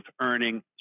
earning